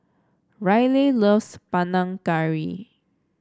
Ryleigh loves Panang Curry